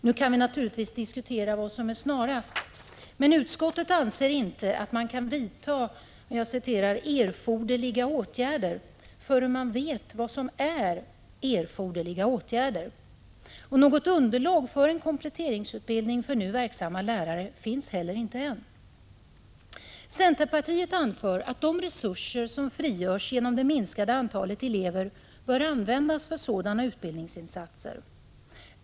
Vi kan naturligtvis diskutera vad som är snarast, men utskottet tror inte att man kan vidta ”erforderliga åtgärder” förrän man vet vad som är ”erforderliga åtgärder”. Något underlag för kompletteringsutbildning för nu verksamma lärare finns heller inte än. Centerpartiet anför att de resurser som frigörs genom det minskade antalet elever bör användas för sådana utbildningsinsatser.